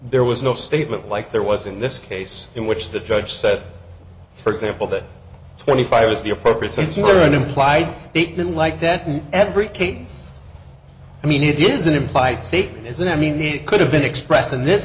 there was no statement like there was in this case in which the judge said for example that twenty five is the appropriate system or an implied statement like that not every case i mean it is an implied statement isn't any need could have been expressed in this